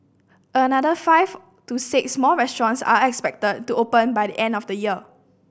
another five to six more restaurants are expected to open by the end of the year